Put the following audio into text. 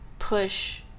push